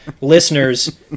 listeners